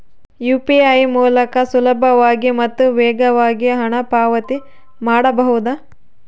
UPI ಮೂಲಕ ಸುಲಭವಾಗಿ ಮತ್ತು ವೇಗವಾಗಿ ಹಣ ಪಾವತಿ ಮಾಡಬಹುದಾ?